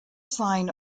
sign